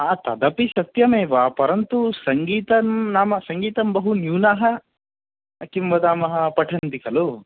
आ तदपि सत्यमेव परन्तु सङ्गीतं नाम सङ्गीतं बहु न्यूनाः किं वदामः पठन्ति खलु